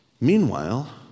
meanwhile